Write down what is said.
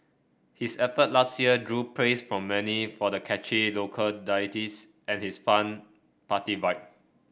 his effort last year drew praise from many for the catchy local ditties and his fun party vibe